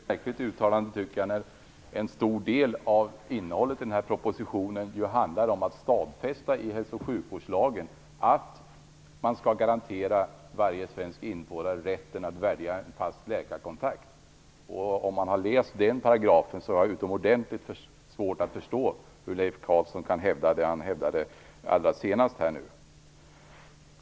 Herr talman! Det sista var ett mycket märkligt uttalande, tycker jag. En stor del av innehållet i den här propositionen handlar ju om att stadfästa i hälsooch sjukvårdslagen att man skall garantera varje svensk invånare rätten att välja en fast läkarkontakt. Om Leif Carlson har läst den paragrafen har jag utomordentligt svårt att förstå hur han kan hävda det som han avslutningsvis hävdade.